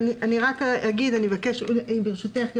ברשותך,